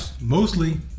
mostly